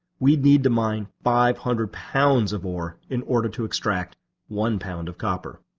we'd need to mine five hundred pounds of ore in order to extract one pound of copper.